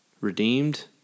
redeemed